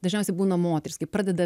dažniausiai būna moterys kaip pradeda